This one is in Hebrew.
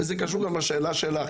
וזה קשור גם לשאלה שלך,